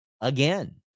again